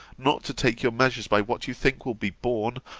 not to take your measures by what you think will be borne,